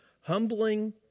humbling